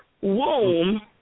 womb